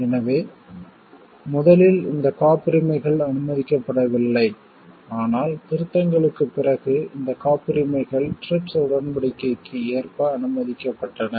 எனவே முதலில் இந்த காப்புரிமைகள் அனுமதிக்கப்படவில்லை ஆனால் திருத்தங்களுக்குப் பிறகு இந்த காப்புரிமைகள் TRIPS உடன்படிக்கைக்கு ஏற்ப அனுமதிக்கப்பட்டன